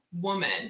Woman